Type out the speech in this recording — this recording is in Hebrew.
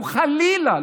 אנחנו לא רוצים,